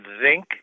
zinc